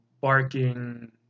barking